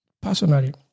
personally